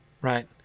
right